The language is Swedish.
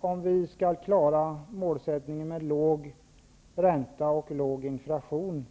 För att vi skall klara målsättningen låg ränta och låg inflation